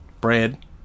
bread